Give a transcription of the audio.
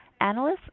Analysts